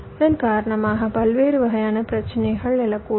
இதன் காரணமாக பல்வேறு வகையான பிரச்சினைகள் எழக்கூடும்